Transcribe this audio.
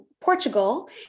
Portugal